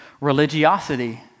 religiosity